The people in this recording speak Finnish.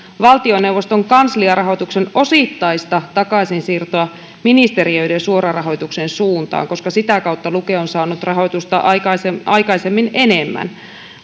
valtioneuvoston kansliarahoituksen osittaista takaisinsiirtoa ministeriöiden suorarahoituksen suuntaan koska sitä kautta luke on saanut rahoitusta aikaisemmin aikaisemmin enemmän